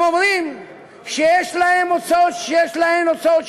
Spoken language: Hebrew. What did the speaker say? הן אומרות שיש להן הוצאות שינוע.